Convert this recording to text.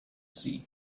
see